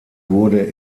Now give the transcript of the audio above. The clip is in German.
wurde